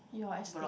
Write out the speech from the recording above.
block